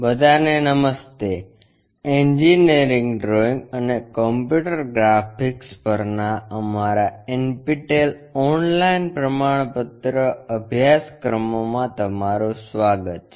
બધાને નમસ્તે engineering drawing અને કમ્પ્યુટર ગ્રાફિક્સ પરના અમારા NPTEL ઓનલાઇન પ્રમાણપત્ર અભ્યાસક્રમોમાં તમારું સ્વાગત છે